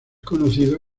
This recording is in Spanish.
conocido